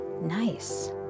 Nice